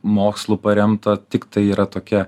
mokslu paremta tiktai yra tokia